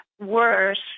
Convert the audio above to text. worse